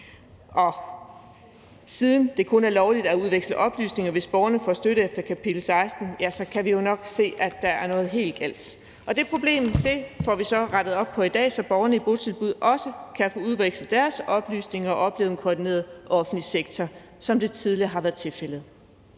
siden det kun er lovligt at udveksle oplysninger, hvis borgerne får støtte efter kapitel 16, så kan vi jo godt se, at der er noget helt galt. Det problem får vi så rettet op på i dag, så borgerne i botilbud også kan få udvekslet deres oplysninger og opleve en koordineret offentlig sektor, som det tidligere har været tilfældet.